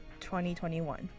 2021